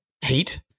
Heat